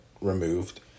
removed